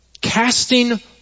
casting